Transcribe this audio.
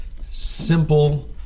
Simple